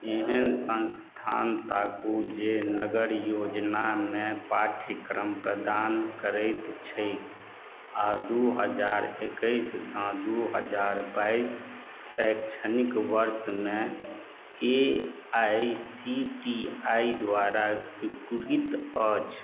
एहन संस्थान ताकू जे नगर योजनामे पाठ्यक्रम प्रदान करैत छैक आ दू हजार एकैस सँ दू हजार बाइस शैक्षणिक वर्ष मे A I C T I द्वारा स्वीकृत अछि